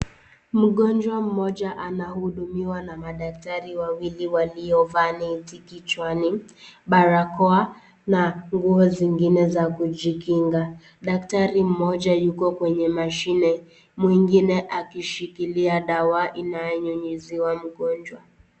Mgonjwa mmoja anahudumiwa na madaktari wawili waliovaa neti kichwani, barakoa na nguo zingine za kujikinga. Daktari mmoja yuko kwenye mashine, mwingine akishikilia dawa inayonyunyiziwa mgonjwa.